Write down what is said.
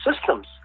systems